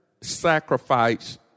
sacrifice